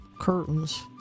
curtains